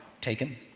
taken